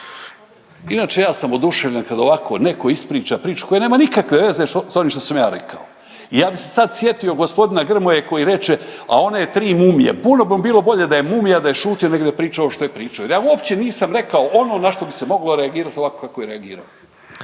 Inače ja sam oduševljen kada ovako netko ispriča priču koja nema nikakve veze s onim što sam ja rekao. I ja bih se sada sjetio gospodina Grmoje koji reče: „A one tri mumije“. Puno bi vam bilo bolje da je mumija, da je šutio nego da je pričao ovo što je pričao. Jer ja uopće nisam rekao ono na što bi se moglo reagirati ovako kako je reagirao.